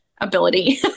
ability